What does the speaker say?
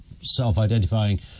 self-identifying